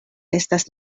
estas